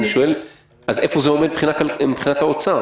איפה זה עומד מבחינת האוצר?